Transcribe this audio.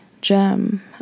gem